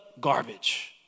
garbage